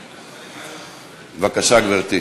בבקשה, גברתי.